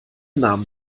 namen